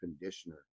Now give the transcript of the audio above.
conditioner